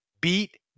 beat